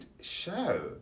show